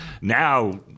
Now